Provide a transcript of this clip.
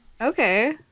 okay